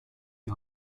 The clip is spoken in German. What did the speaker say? die